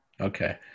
Okay